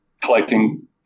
collecting